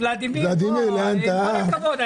ולדימיר, ולדימר, עם כל הכבוד.